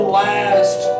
last